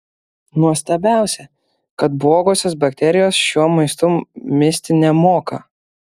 nuostabiausia kad blogosios bakterijos šiuo maistu misti nemoka